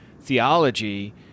theology